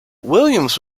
williams